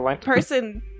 person